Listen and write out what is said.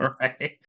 Right